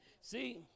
See